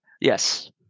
Yes